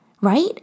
Right